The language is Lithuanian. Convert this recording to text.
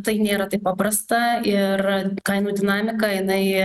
tai nėra taip paprasta ir kainų dinamika jinai